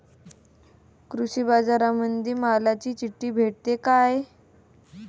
कृषीबाजारामंदी मालाची चिट्ठी भेटते काय?